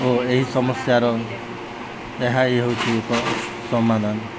ଓ ଏହି ସମସ୍ୟାର ଏହା ହି ହଉଛି ଏକ ସମାଧାନ